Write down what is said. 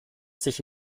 sich